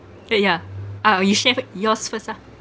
uh yeah uh you share fir~ yours first ah